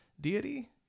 deity